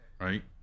right